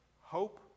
hope